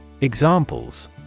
examples